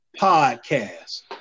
podcast